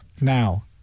Now